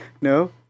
no